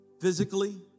physically